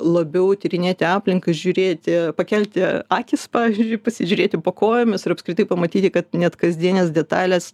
labiau tyrinėti aplinką žiūrėti pakelti akis pavyzdžiui pasižiūrėti po kojomis ir apskritai pamatyti kad net kasdienės detalės